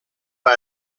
pas